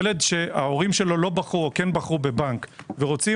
ילד שההורים שלו לא בחרו או כן בחרו בבנק ורוצים